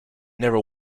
never